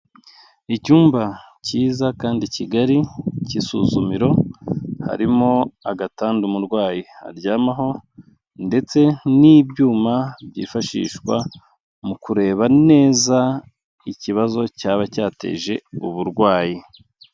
Icyumba cyiza kandi kigari cy'isuzumiro, harimo agatanda umurwayi aryamaho ndetse n'ibyuma byifashishwa mu kureba neza ikibazo cyaba cyateje uburwayi.